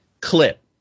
Clip